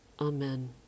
Amen